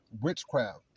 witchcraft